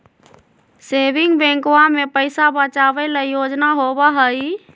saving बैंकवा में पैसा बचावे ला योजना होबा हई